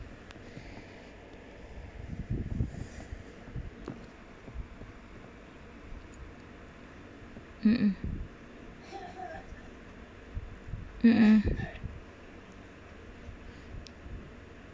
uh uh